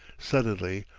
suddenly,